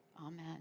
amen